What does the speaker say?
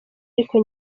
ariko